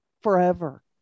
forever